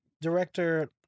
director